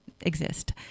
exist